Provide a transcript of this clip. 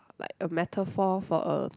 like a metaphor for a